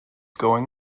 going